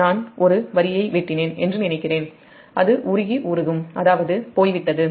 எனவே நான் ஒரு வரியை வெட்டினேன் என்று நினைக்கிறேன் அது உருகி உருகும் அதாவது போய்விட்டது